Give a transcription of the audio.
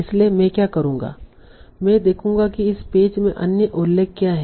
इसलिए मैं क्या करूंगा मैं देखूंगा कि इस पेज में अन्य उल्लेख क्या हैं